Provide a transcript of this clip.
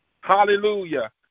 Hallelujah